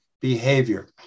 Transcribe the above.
behavior